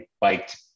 biked